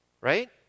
right